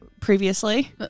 previously